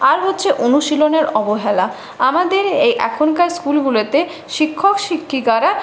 আর হচ্ছে অনুশীলনের অবহেলা আমাদের এই এখনকার স্কুলগুলোতে শিক্ষক শিক্ষিকারা